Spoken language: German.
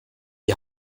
die